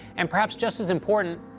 and perhaps just as important,